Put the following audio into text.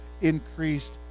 increased